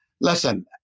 Listen